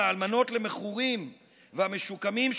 האלמנות של המכורים והמשוקמים,